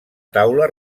taula